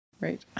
right